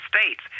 states